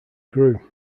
grew